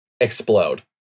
Explode